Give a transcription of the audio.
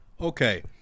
Okay